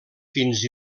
fins